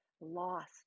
loss